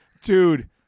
Dude